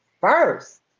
first